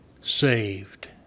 saved